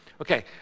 Okay